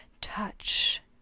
Touch